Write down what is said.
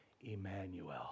Emmanuel